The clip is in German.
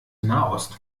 nahost